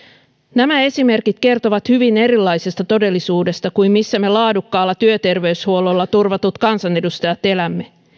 nämä esimerkit kertovat hyvin erilaisesta todellisuudesta kuin missä me laadukkaalla työterveyshuollolla turvatut kansanedustajat elämme